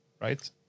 right